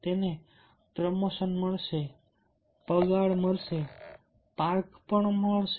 તેને પ્રમોશન મળશે પગાર અને પાર્ક મળશે